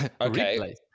Okay